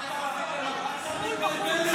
--- אתה מתבלבל עם החוק של קרעי.